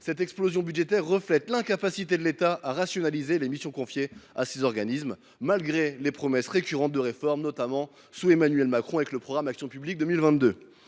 Cette explosion budgétaire reflète l’incapacité de l’État à rationaliser les missions confiées à ces organismes, malgré les promesses récurrentes de réformes, notamment sous la présidence d’Emmanuel Macron, par le biais du programme Action publique 2022.